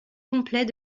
complet